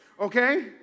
Okay